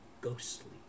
ghostly